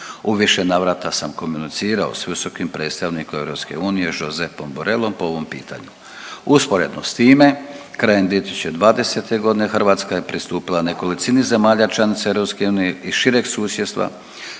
U više navrata sam komunicirao s visokim predstavnikom EU Josepom Borelom po ovom pitanju. Usporedno s time krajem 2020. godine Hrvatska je pristupila nekolicini zemalja članica EU i šireg susjedstva